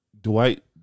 Dwight